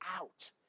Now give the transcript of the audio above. out